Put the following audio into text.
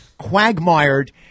quagmired